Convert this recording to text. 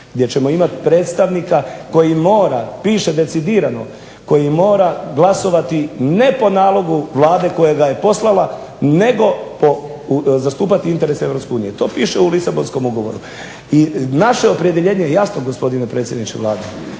gdje ćemo imati predstavnika koji mora, piše decidirano, koji mora glasovati ne po nalogu Vlade koja ga je poslala nego zastupati interese Europske unije. To piše u Lisabonskom ugovoru. I naše opredjeljenje je jasno, gospodine predsjedniče Vlade.